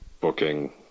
booking